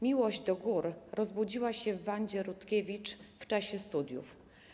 Miłość do gór rozbudziła się w Wandzie Rutkiewicz w czasie studiów.